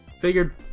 figured